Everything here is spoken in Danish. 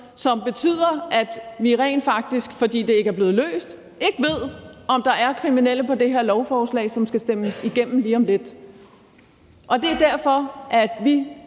som betyder, at vi rent faktisk, fordi det ikke er blevet løst, ikke ved, om der er kriminelle på det her lovforslag, som skal stemmes igennem lige om lidt. Det er derfor, at vi